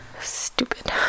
Stupid